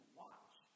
watch